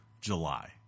July